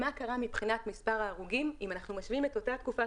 מה קרה מבחינת מספר ההרוגים אם אנחנו משווים את אותה תקופת